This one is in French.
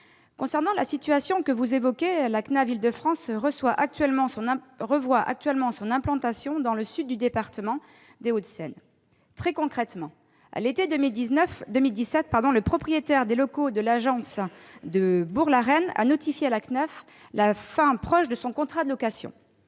Concernant la situation que vous évoquez, je vous confirme que la CNAV d'Île-de-France revoit actuellement son implantation dans le sud du département des Hauts-de-Seine. Très concrètement, à l'été 2017, le propriétaire des locaux de l'agence de Bourg-la-Reine a notifié à la CNAV la fin proche de son contrat de location.